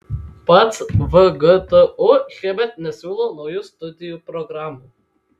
pats vgtu šiemet nesiūlo naujų studijų programų